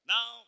Now